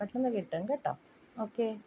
പെട്ടെന്ന് കിട്ടും കേട്ടോ ഓക്കെ